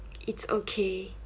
it's okay